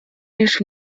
лишь